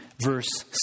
verse